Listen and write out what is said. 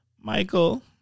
Michael